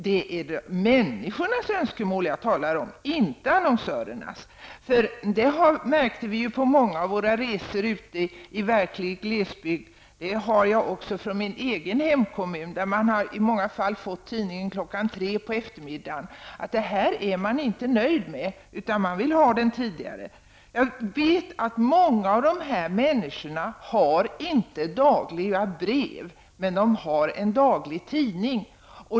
Det är människornas önskemål som jag talar om, inte annonsörernas. På många resor som vi i utredningen har gjort ute i vad som kan betecknas som verklig glesbygd har vi lagt märke till det. Även i min egen hemkommun finns det många exempel på att människor som har fått tidningen vid 15-tiden på eftermiddagen inte är nöjda. Människor vill ha sin tidning tidigare på dagen. Jag vet också att många människor inte dagligen får brev. Men de har sin dagliga tidning.